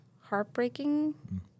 heartbreaking